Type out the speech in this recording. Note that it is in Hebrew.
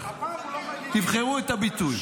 תבחרו את הביטוי.